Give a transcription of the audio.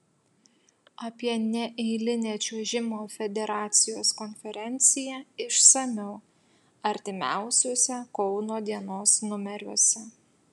apie neeilinę čiuožimo federacijos konferenciją išsamiau artimiausiuose kauno dienos numeriuose